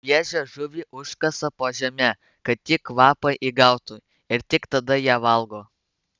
šviežią žuvį užkasa po žeme kad ji kvapą įgautų ir tik tada ją valgo